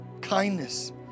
kindness